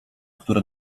które